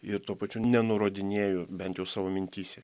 ir tuo pačiu nenurodinėju bent jau savo mintyse